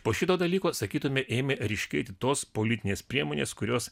po šito dalyko sakytume ėmė ryškėti tos politinės priemonės kurios